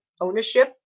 ownership